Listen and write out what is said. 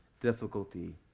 difficulty